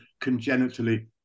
congenitally